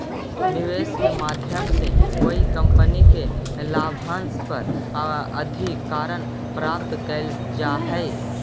निवेश के माध्यम से कोई कंपनी के लाभांश पर अधिकार प्राप्त कैल जा हई